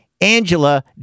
Angela